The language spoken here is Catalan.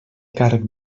càrrec